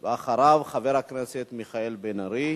ואחריו, חבר הכנסת מיכאל בן-ארי.